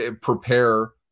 prepare